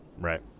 Right